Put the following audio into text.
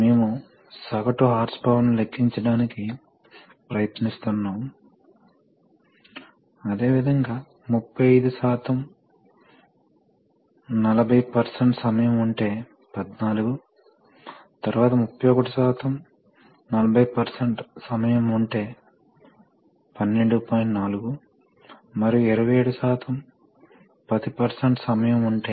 మనము విద్యుత్ సరఫరా వద్ద పెద్ద కెపాసిటర్ను ఎల్లప్పుడూ కనెక్ట్ చేస్తాము ఎందుకంటే కెపాసిటర్ చాలా కరెంట్ ను తక్షణమే సరఫరా చేయగలదు మరియు అందువల్ల నా ఉద్దేశ్యం ఛార్జ్ ఉన్నంతవరకు కరెంట్ను సరఫరా చేయగలదు ఒక కెపాసిటర్ సాధారణంగా సర్క్యూట్ అవుట్పుట్ వద్ద ఛార్జ్ చేయబడుతుంది